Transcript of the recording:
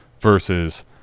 versus